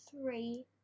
three